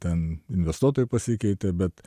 ten investuotojai pasikeitė bet